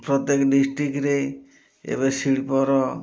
ପ୍ରତ୍ୟେକ ଡିଷ୍ଟ୍ରିକ୍ଟରେ ଏବେ ଶିଳ୍ପର